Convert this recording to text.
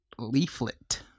leaflet